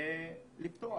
וזאת לאחר